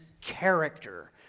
character